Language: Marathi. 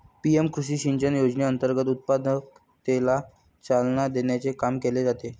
पी.एम कृषी सिंचाई योजनेअंतर्गत उत्पादकतेला चालना देण्याचे काम केले जाते